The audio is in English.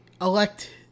elect